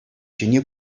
ҫине